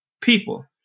people